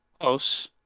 Close